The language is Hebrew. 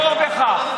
תחזור בך.